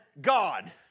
God